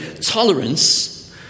tolerance